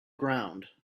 ground